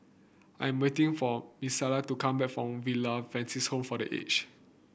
I'm waiting for Milissa to come back from Villa Francis Home for The Age